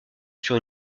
sur